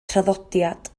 traddodiad